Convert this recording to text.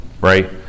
right